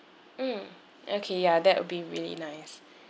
mm okay ya that would be really nice